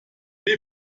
wie